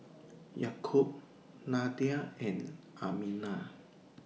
Yaakob Nadia and Aminah